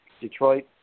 Detroit